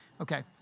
Okay